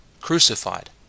crucified